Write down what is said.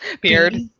Beard